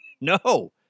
No